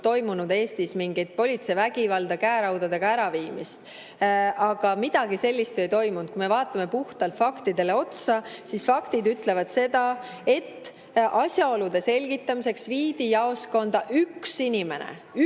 toimunud Eestis mingit politsei vägivalda, käeraudadega äraviimist. Aga midagi sellist ei toimunud. Kui me vaatame puhtalt faktidele otsa, siis faktid ütlevad seda, et asjaolude selgitamiseks viidi jaoskonda üks inimene. Üks